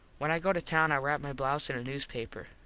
when i go to town i wrap my blouze in a newspaper.